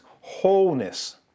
wholeness